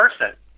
person